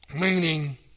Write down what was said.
Meaning